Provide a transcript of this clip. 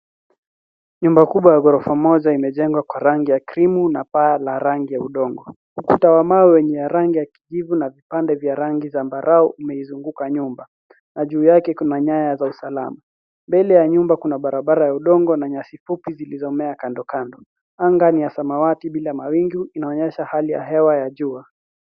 Nyumba kubwa ya ghorofa moja imejengwa kwa rangi ya krimu na paa la rangi ya udongo. Ukuta wa mawe wenye rangi ya kijivu na vipande vya rangi zambarau umeizunguka nyumba na juu yake kuna nyaya za usalama. Mbele ya nyumba kuna barabara ya udongo na nyasi fupi zilizomea kandokando. Anga ni ya samawati bila mawingu inaonyesha hali ya hewa ya jua.